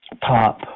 Pop